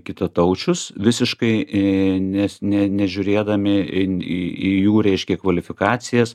kitataučius visiškai į nes nė nežiūrėdami į jų reiškia kvalifikacijas